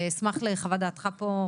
אשמח לחוות דעתך פה.